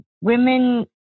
women